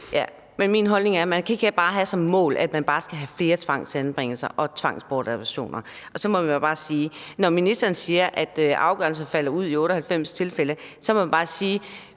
Ja, men min holdning er, at man ikke kan have som mål, at man bare skal have flere tvangsanbringelser og tvangsbortadoptioner. Ministeren siger, at de afgørelser sker i 98 pct. af de sager, og så må man bare sige,